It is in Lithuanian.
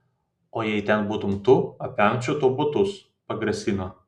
o jei ten būtum tu apvemčiau tau batus pagrasino